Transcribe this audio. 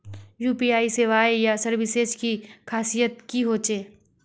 UPI सेवाएँ या services की खासियत की होचे?